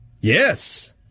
Yes